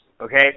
okay